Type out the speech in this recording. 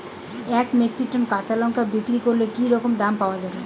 এক metric ton কাঁচা লঙ্কা বিক্রি করলে কি রকম দাম পাওয়া যাবে?